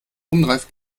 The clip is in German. unreif